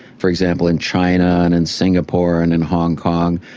for example, in china and in singapore and in hong kong.